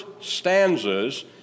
stanzas